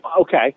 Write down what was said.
Okay